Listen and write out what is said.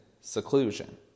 seclusion